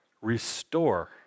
restore